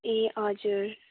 ए हजुर